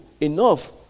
enough